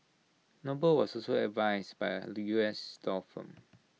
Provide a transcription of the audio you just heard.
noble was also advised by A U S law firm